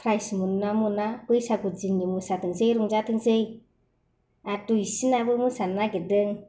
prize मोनोना मोनोा बैसागु दिननि मोसाथोंसै रंजाथोंसै आरो दुइसिनाबो मोसानो नागिरदों